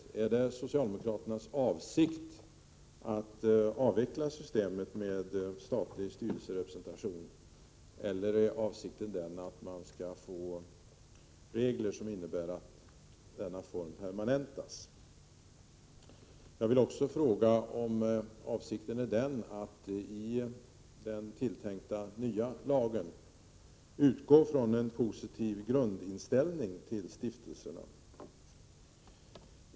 Är det socialdemokraternas avsikt att avveckla systemet med statlig styrelserepresentation, eller är avsikten att man skall få regler som innebär att denna form permanentas? Jag vill också fråga om avsikten är att i den tilltänkta nya lagen utgå från en positiv grundinställning till stiftelserna.